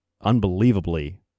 Unbelievably